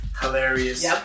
hilarious